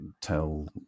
tell